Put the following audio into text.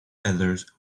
feathers